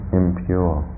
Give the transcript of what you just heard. impure